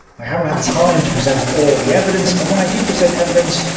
i haven't had time to present all the evidence, and when i do present evidence,